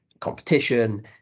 competition